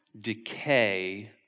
decay